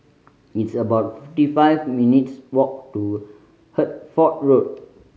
it's about fifty five minutes' walk to Hertford Road